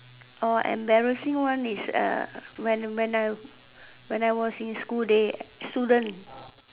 oh embarrassing one is err when when I when I was in school days student